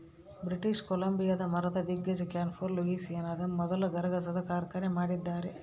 British ಕೊಲಂಬಿಯಾದ ಮರದ ದಿಗ್ಗಜ ಕ್ಯಾನ್ಫೋರ್ ಲೂಯಿಸಿಯಾನದಲ್ಲಿ ಮೊದಲ ಗರಗಸದ ಕಾರ್ಖಾನೆ ಮಾಡಿದ್ದಾರೆ